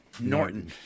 Norton